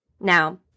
Now